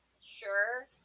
sure